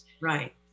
Right